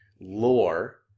lore